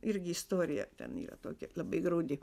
irgi istorija ten yra tokia labai graudi